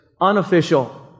unofficial